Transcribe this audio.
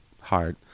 hard